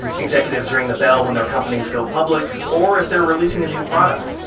executives ring the bell when their companies go public, or if they're releasing a new product.